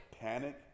panic